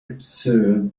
absurd